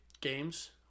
games